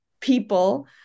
people